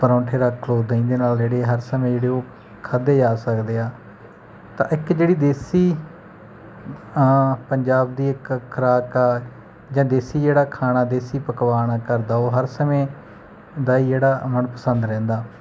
ਪਰੌਂਠੇ ਰੱਖ ਲਉ ਦਹੀਂ ਦੇ ਨਾਲ ਜਿਹੜੇ ਹਰ ਸਮੇਂ ਜਿਹੜੇ ਉਹ ਖਾਧੇ ਜਾ ਸਕਦੇ ਆ ਤਾਂ ਇੱਕ ਜਿਹੜੀ ਦੇਸੀ ਪੰਜਾਬ ਦੀ ਇੱਕ ਖੁਰਾਕ ਆ ਜਾਂ ਦੇਸੀ ਜਿਹੜਾ ਖਾਣਾ ਦੇਸੀ ਪਕਵਾਨ ਆ ਘਰ ਦਾ ਉਹ ਹਰ ਸਮੇਂ ਦਾ ਹੀ ਜਿਹੜਾ ਮਨਪਸੰਦ ਰਹਿੰਦਾ